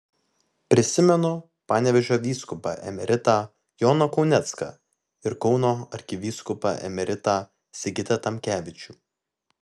prisimenu panevėžio vyskupą emeritą joną kaunecką ir kauno arkivyskupą emeritą sigitą tamkevičių